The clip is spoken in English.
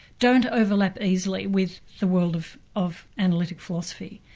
don't overlap easily with the world of of analytic philosophy,